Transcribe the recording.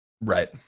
Right